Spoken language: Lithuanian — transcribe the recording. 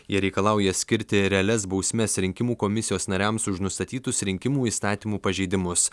jie reikalauja skirti realias bausmes rinkimų komisijos nariams už nustatytus rinkimų įstatymų pažeidimus